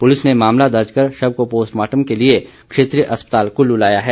police ने मामला दर्ज कर शव को पोस्टमार्ट के लिए क्षेत्रीय अस्पताल कुल्लू लाया है